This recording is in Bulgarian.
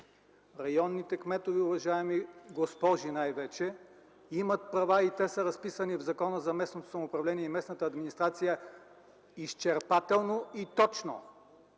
Районните кметове, уважаеми госпожи, най-вече, имат права и те са разписани в Закона за местното самоуправление и местната администрация изчерпателно и точно